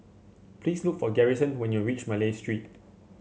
please look for Garrison when you reach Malay Street